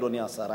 אדוני השר,